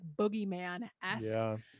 boogeyman-esque